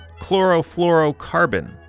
chlorofluorocarbon